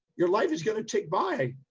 your life is going to tick by.